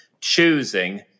choosing